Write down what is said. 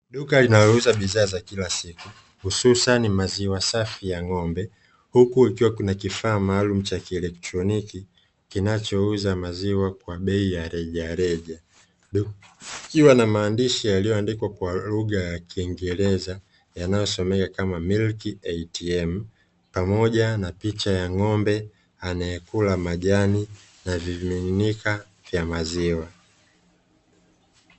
Duka linalouza bidhaa za kila siku hususani maziwa safi ya ng'ombe huku kukiwa na kifaa malumu cha kielectroniki, kinachouza maziwa kwa bei ya rejareja likiwa na maandishi yaliyoandikwa kwa lugha ya kiingereza, yanayosomeka kama "MILK ATM"pamoja na picha ya ng'ombe anayekula majani na vimiminika vya maziwa.